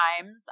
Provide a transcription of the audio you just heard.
times